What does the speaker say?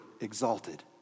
exalted